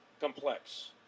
complex